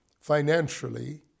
financially